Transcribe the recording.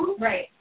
right